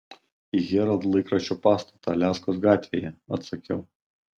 į herald laikraščio pastatą aliaskos gatvėje atsakiau